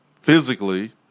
physically